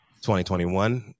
2021